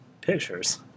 pictures